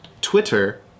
Twitter